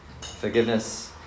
Forgiveness